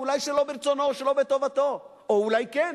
אולי שלא ברצונו או שלא בטובתו או אולי כן,